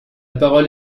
parole